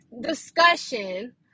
discussion